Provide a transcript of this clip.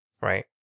right